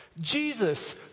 Jesus